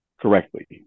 correctly